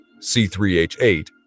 C3H8